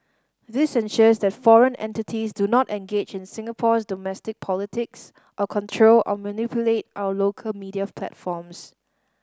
this ensures that foreign entities do not engage in Singapore's domestic politics or control or manipulate our local media platforms